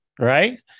Right